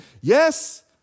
Yes